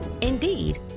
Indeed